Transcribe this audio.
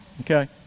Okay